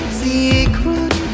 secret